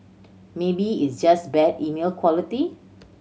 maybe it's just bad email quality